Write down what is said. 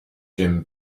jim